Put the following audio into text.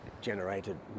generated